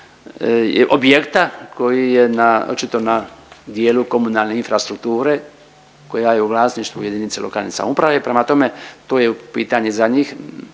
objekta koji je na, očito na dijelu komunalne infrastrukture koja je u vlasništvu jedinice lokalne samouprave, prema tome to je pitanje za njih,